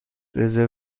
رزرو